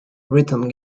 rhythm